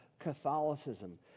Catholicism